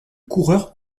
coureurs